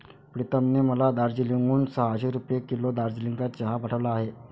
प्रीतमने मला दार्जिलिंग हून सहाशे रुपये किलो दार्जिलिंगचा चहा पाठवला आहे